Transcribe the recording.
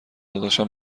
داداشم